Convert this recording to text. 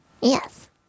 Yes